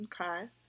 Okay